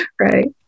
Right